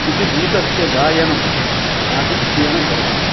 इति गीतस्य गायनम् आधिक्येन करोमि